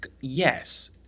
Yes